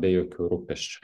be jokių rūpesčių